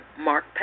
Mark